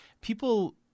people